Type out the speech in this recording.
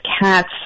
cats